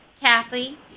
Kathy